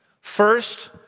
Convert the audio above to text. First